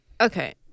Okay